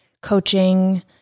coaching